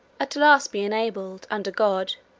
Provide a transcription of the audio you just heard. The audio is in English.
at last be enabled, under god,